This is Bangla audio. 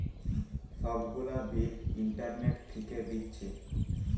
সব গুলা বিল ইন্টারনেট থিকে দিচ্ছে